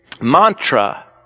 mantra